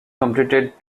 completed